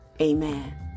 Amen